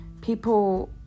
people